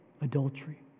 adultery